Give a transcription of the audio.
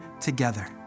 together